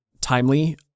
timely